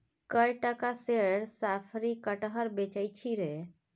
कए टका सेर साफरी कटहर बेचय छी रे